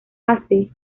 hace